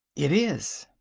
it is.